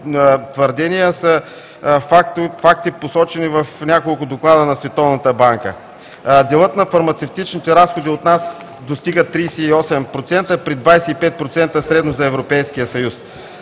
твърдения, а са факти, посочени в няколко доклада на Световната банка. Делът на фармацевтичните разходи от нас достига 38% при 25% средно за Европейския съюз.